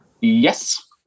Yes